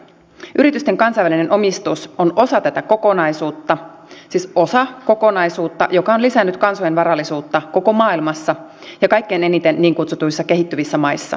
yritysten kansainvälinen omistus on osa tätä kokonaisuutta siis osa kokonaisuutta joka on lisännyt kansojen varallisuutta koko maailmassa ja kaikkein eniten niin kutsutuissa kehittyvissä maissa